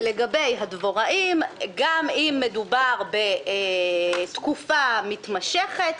שלגבי הדבוראים גם אם מדובר בתקופה מתמשכת,